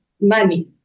money